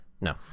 No